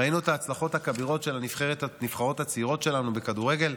ראינו את ההצלחות הכבירות של הנבחרות הצעירות שלנו בכדורגל.